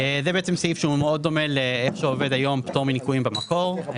זה סעיף שהוא מאוד דומה לאיך שעובד היום פטור מניכויים במקור,